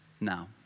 Now